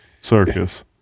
circus